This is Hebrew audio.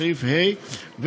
התשכ"ה 1965,